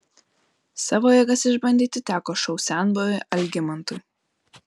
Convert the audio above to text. savo jėgas išbandyti teko šou senbuviui algimantui